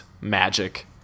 magic